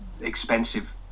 expensive